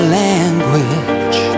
language